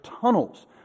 tunnels